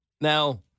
Now